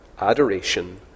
adoration